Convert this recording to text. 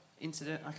Incident